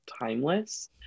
timeless